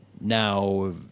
Now